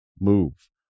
move